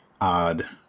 odd